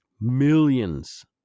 Millions